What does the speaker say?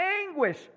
anguish